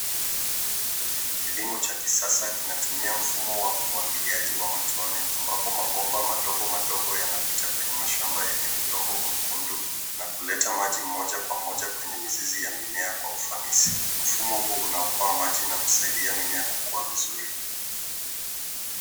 Kilimo cha kisasa kinatumia mfumo wa umwagiliaji wa matone, ambapo mabomba madogo madogo yanapita kwenye mashamba yenye udongo mwekundu na kuleta maji moja kwa moja kwenye mizizi ya mimea kwa ufanisi. Mfumo huu unaokoa maji na kusaidia mimea kukua vizuri.